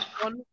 One